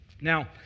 Now